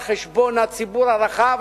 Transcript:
על חשבון הציבור הרחב,